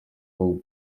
pogba